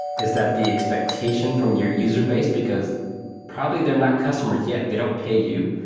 is that the expectation from your user base, because probably they're not customers yet? they don't pay you,